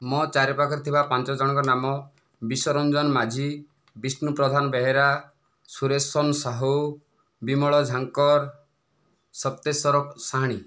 ମୋ ଚାରି ପାଖରେ ଥିବା ପାଞ୍ଚ ଜଣଙ୍କ ନାମ ବିଶ୍ବରଞ୍ଜନ ମାଝି ବିଷ୍ଣୁ ପ୍ରଧାନ ବେହେରା ସୁରେଶନ ସାହୁ ବିମଳ ଝାଙ୍କର ସତ୍ୟ ସ୍ଵରୂପ ସାହାଣି